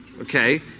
okay